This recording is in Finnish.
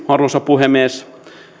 arvoisa puhemies